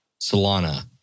Solana